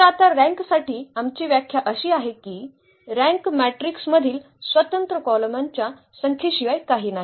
तर आता रँक साठी आमची व्याख्या अशी आहे की रँक मॅट्रिक्स मधील स्वतंत्र कॉलमांच्या संख्येशिवाय काही नाही